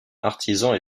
artisans